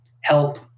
help